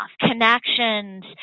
connections